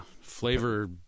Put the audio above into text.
flavor